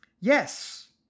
Yes